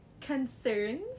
concerns